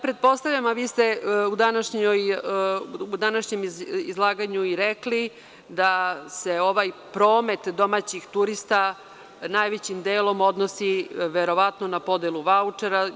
Pretpostavljam, a vi ste u današnjem izlaganju i rekli da se ovaj promet domaćih turista najvećim delom odnosi verovatno na podelu vaučera.